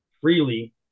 freely